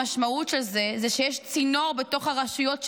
המשמעות של זה היא שיש צינור בתוך הרשויות,